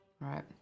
right